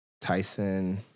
Tyson